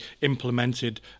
implemented